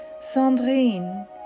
Sandrine